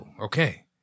Okay